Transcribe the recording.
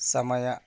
ಸಮಯ